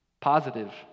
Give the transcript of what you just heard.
positive